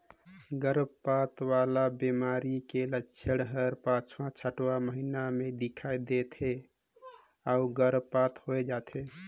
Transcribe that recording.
गरभपात वाला बेमारी के लक्छन हर पांचवां छठवां महीना में दिखई दे थे अउ गर्भपात होय जाथे